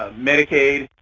ah medicaid,